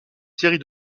série